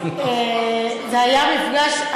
זה היה מפגש,